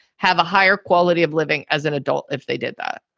have a higher quality of living as an adult if they did that